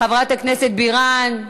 חברת הכנסת בירן,